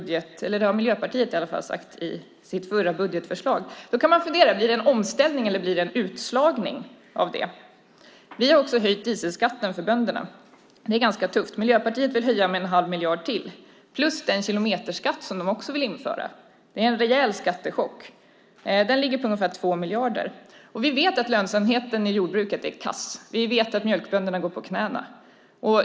Det har Miljöpartiet skrivit i sitt förra budgetförslag. Blir det en omställning eller en utslagning av det? Vi har också höjt dieselskatten för bönderna. Det är ganska tufft. Miljöpartiet vill höja med en halv miljard till, plus den kilometerskatt som de också vill införa. Det är en rejäl skattechock. Den ligger på ungefär 2 miljarder. Vi vet att lönsamheten i jordbruket är kass och att mjölkbönderna går på knäna.